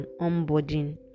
onboarding